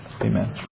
Amen